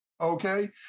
okay